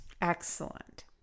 Excellent